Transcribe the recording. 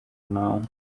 now